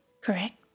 Correct